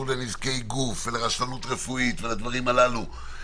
לנזקי גוף ולרשלנות רפואית ולדברים הללו,